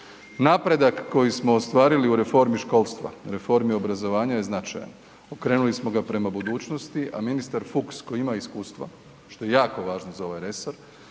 Napredak koji smo ostvarili u reformi školstva, reformi obrazovanja je značajan. Okrenuli smo ga prema budućnosti, a ministar Fuchs koji ima iskustva, što je jako važno za ovaj resor